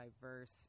diverse